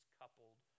coupled